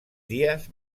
dies